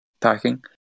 packing